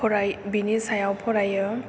बिनि सायाव फरायो